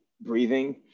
breathing